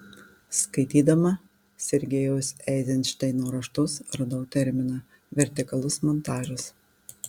skaitydama sergejaus eizenšteino raštus radau terminą vertikalus montažas